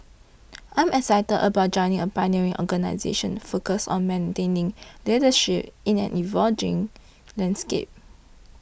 I'm excited about joining a pioneering organisation focused on maintaining leadership in an evolving landscape